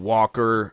Walker